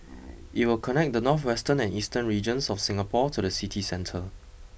it will connect the northwestern and eastern regions of Singapore to the city centre